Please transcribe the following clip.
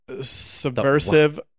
subversive